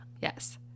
Yes